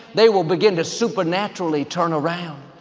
they will begin to supernaturally turn around.